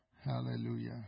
Hallelujah